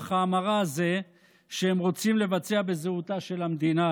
ההמרה הזה שהם רוצים לבצע בזהותה של המדינה,